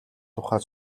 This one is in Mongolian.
тухай